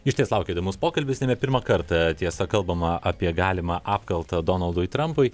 išties laukia įdomus pokalbis nebe pirmą kartą tiesa kalbama apie galimą apkaltą donaldui trampui